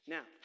Now